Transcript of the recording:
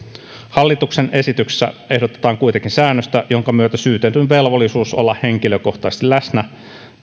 hallituksen esityksessä ehdotetaan kuitenkin säännöstä jonka myötä syytetyn velvollisuus olla henkilökohtaisesti läsnä